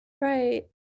right